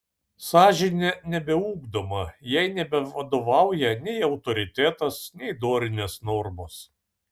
sąžinė nebeugdoma jai nebevadovauja nei autoritetas nei dorinės normos